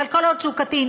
אבל כל עוד הוא קטין,